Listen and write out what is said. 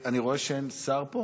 אני רואה שאין שר פה?